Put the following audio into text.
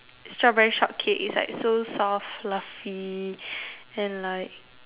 strawberry shortcake it's like so soft fluffy and like